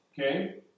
okay